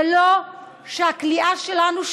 ולא שהכליאה שלנו,